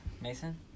Mason